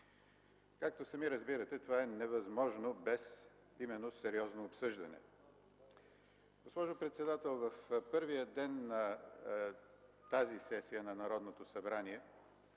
Както сами разбирате, това е невъзможно без именно сериозно обсъждане. Госпожо председател, в първия ден на тази сесия на Народното събрание,